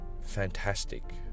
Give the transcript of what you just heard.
fantastic